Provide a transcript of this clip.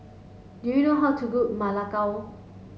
do you know how to cook Ma Lai Gao